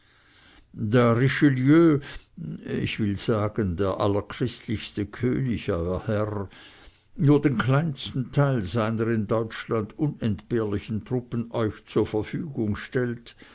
da richelieu ich will sagen der allerchristlichste könig euer herr nur den kleinsten teil seiner in deutschland unentbehrlichen truppen euch zur verfügung stellt